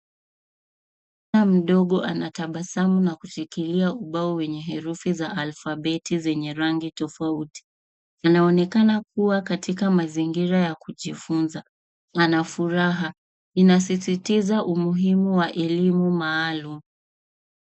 Msichana mdogo anatabasamu na kushikilia ubao wenye herufi za alfabeti zenye rangi tofauti. Inaonekana kuwa katika mazingira ya kujifunza. Wana furaha. Inasisitiza umuhimu wa elimu maalum.